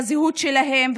בזהות שלהם,